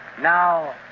Now